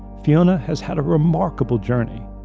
fiona has had a remarkable journey.